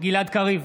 גלעד קריב,